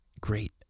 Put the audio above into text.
great